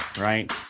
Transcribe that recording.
Right